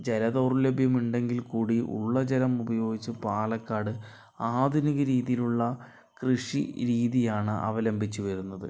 ജല ദൗര്ലഭ്യം ഉണ്ടെങ്കിൽ കൂടി ഉള്ള ജലം ഉപയോഗിച്ച് പാലക്കാട് ആധുനിക രീതിയിലുള്ള കൃഷി രീതിയാണ് അവലംബിച്ച് വരുന്നത്